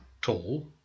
tall